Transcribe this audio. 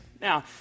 Now